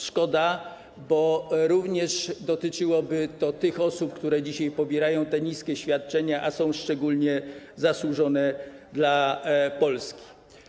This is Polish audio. Szkoda, bo również dotyczyłoby to tych osób, które dzisiaj pobierają te niskie świadczenia, a są szczególnie zasłużone dla Polski.